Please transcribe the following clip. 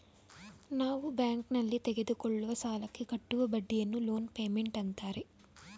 ನಾವು ಬ್ಯಾಂಕ್ನಲ್ಲಿ ತೆಗೆದುಕೊಳ್ಳುವ ಸಾಲಕ್ಕೆ ಕಟ್ಟುವ ಬಡ್ಡಿಯನ್ನು ಲೋನ್ ಪೇಮೆಂಟ್ ಅಂತಾರೆ